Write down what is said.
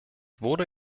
wurde